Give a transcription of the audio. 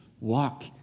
walk